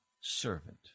servant